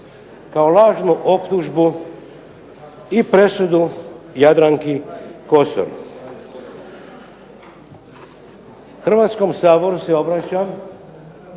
kao lažnu optužbu i presudu Jadranki Kosor. Hrvatskom saboru se obraćam